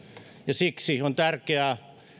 ja siksi on tärkeää